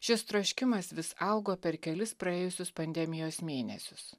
šis troškimas vis augo per kelis praėjusius pandemijos mėnesius